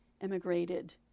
emigrated